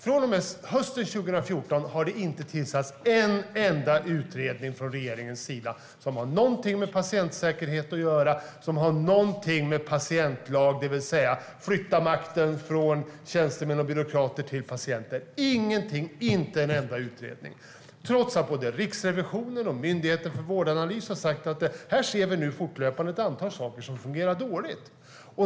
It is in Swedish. Från och med hösten 2014 har det inte tillsatts en enda utredning från regeringens sida som har någonting att göra med patientsäkerhet eller patientlag, det vill säga att flytta makten från tjänstemän och byråkrater till patienten - ingenting, inte en enda utredning, trots att både Riksrevisionen och Myndigheten för vård och omsorgsanalys har sagt att man fortlöpande ser ett antal saker som fungerar dåligt.